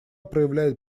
проявляет